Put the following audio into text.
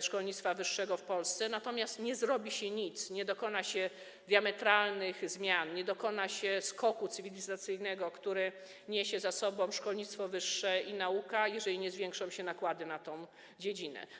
szkolnictwa wyższego w Polsce, natomiast nie zrobi się nic, nie dokona się diametralnych zmian, nie dokona się skoku cywilizacyjnego dzięki szkolnictwu wyższemu i nauce, jeżeli nie zwiększą się nakłady na tę dziedzinę.